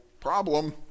Problem